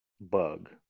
bug